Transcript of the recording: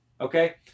Okay